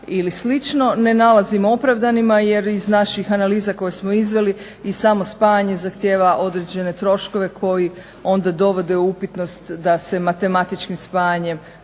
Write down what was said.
ne nalazimo opravdanima jer iz naših analiza koje smo izveli i samo spajanje zahtjeva određene troškove koji onda dovode u upitnost da se matematičkim spajanjem ostvaruju